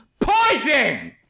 poison